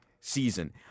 season